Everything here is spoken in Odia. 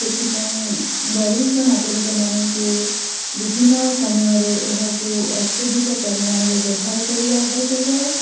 ସେଥିପାଇଁ ବରିଷ୍ଠ ନାଗରିକମାନଙ୍କୁ ବିଭିନ୍ନ ସମୟରେ ଏହାକୁ ଅତ୍ୟଧିକ ପରିମାଣରେ ବ୍ୟବହାର କରିବା ଆବଶ୍ୟକ